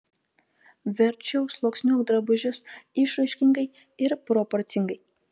verčiau sluoksniuok drabužius išraiškingai ir proporcingai